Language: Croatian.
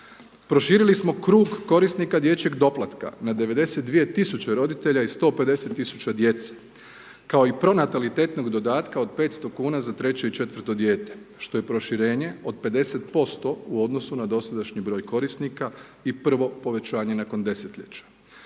Proširili smo krug korisnika dječjeg doplatka na 92 tisuće roditelja i 150 tisuća djece kao i pronatalitetnog dodatka od 500 kuna za 3. i 4. dijete što je proširenje od 50% u odnosu na dosadašnji broj korisnika i prvo povećanje nakon desetljeća.